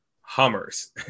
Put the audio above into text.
Hummers